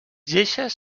lleixes